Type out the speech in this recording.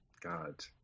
God